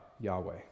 Yahweh